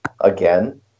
again